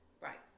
Right